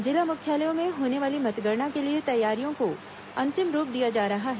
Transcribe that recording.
जिला मुख्यालयों में होने वाली मतगणना के लिए तैयारियों को अंतिम रूप दिया जा रहा है